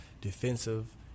defensive